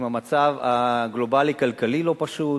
עם מצב כלכלי גלובלי לא פשוט.